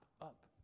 up